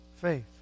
Faith